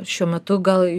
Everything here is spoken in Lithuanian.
šiuo metu gal